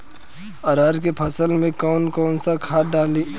अरहा के फसल में कौन कौनसा खाद डाली?